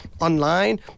online